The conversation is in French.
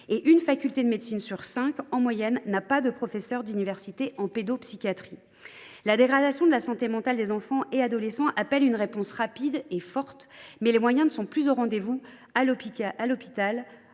une faculté de médecine sur cinq n’a pas de professeur d’université en pédopsychiatrie. La dégradation de la santé mentale des enfants et des adolescents appelle une réponse rapide et forte, mais les moyens ne sont pas plus au rendez vous à l’hôpital,